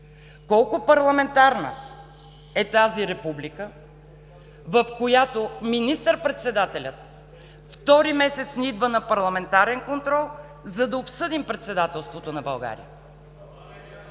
Колко парламентарна е тази република, в която министър-председателят втори месец не идва на парламентарен контрол, за да обсъдим председателството на България?!